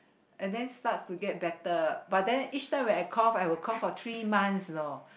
and then starts to get better but then each time when I cough I will cough for three months you know